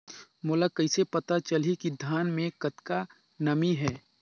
मोला कइसे पता चलही की धान मे कतका नमी हे?